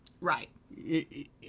right